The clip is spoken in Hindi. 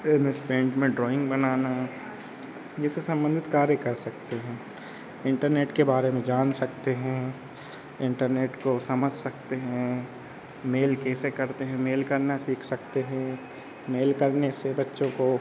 फिर एम एस पेन्ट में में ड्रॉइंग बनाना ये सब संबंधित कार्य कर सकते हैं इंटरनेट के के बारे में जान सकते हैं इंटरनेट को समझ सकते हैं मेल कैसे करते हैं मेल करना सीख सकते हैं मेल करने से बच्चों को